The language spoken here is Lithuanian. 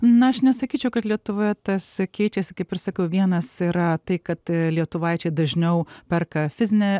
na aš nesakyčiau kad lietuvoje tas keičiasi kaip ir sakiau vienas yra tai kad lietuvaičiai dažniau perka fizinė